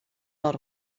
lot